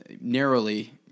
narrowly